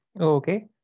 Okay